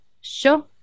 sure